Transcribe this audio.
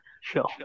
Sure